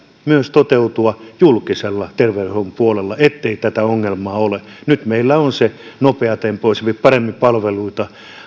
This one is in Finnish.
toteutua myös julkisen ter veydenhuollon puolella niin ettei tätä ongelmaa ole nyt meillä on se nopeatempoisempi paremmin palveluita